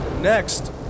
Next